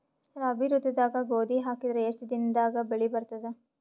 ರಾಬಿ ಋತುದಾಗ ಗೋಧಿ ಹಾಕಿದರ ಎಷ್ಟ ದಿನದಾಗ ಬೆಳಿ ಬರತದ?